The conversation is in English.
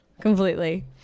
Completely